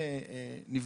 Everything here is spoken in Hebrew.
נכון.